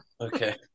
Okay